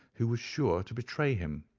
who was sure to betray him.